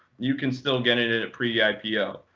you can still get in at a pre yeah ipo.